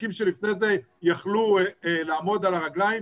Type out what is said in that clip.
עסקים שלפני זה יכלו לעמוד על הרגליים,